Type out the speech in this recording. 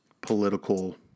political